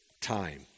time